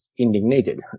indignated